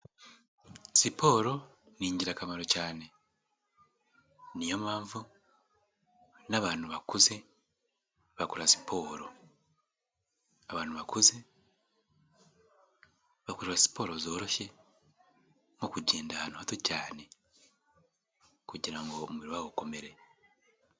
Siporo ni ingirakamaro cyane. Niyo mpamvu n'abantu bakuze bakora siporo. Abantu bakuze, bakora siporo zoroshye nko kugenda ahantu hato cyane, kugira ngo umubiri wabo ukomere.